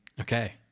okay